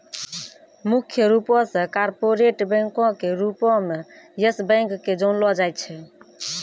मुख्य रूपो से कार्पोरेट बैंको के रूपो मे यस बैंक के जानलो जाय छै